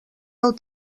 del